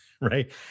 Right